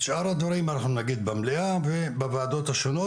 את שאר הדברים אנחנו נגיד במלאה ובוועדות השונות,